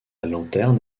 lanterne